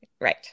Right